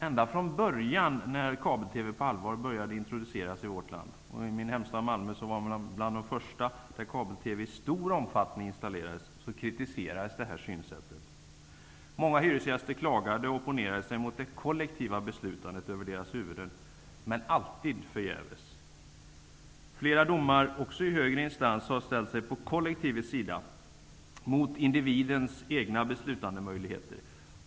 Ända från början när kabel-TV på allvar började introduceras i vårt land -- i min hemstad Malmö var man bland de första att installera kabel TV i stor omfattning -- kritiserades detta synsätt. Många hyresgäster klagade och opponerade sig mot det kollektiva beslutandet över deras huvuden, men alltid förgäves. I flera domar, också i högre instans, har man ställt sig på kollektivets sida mot individens egna beslutandemöjligheter.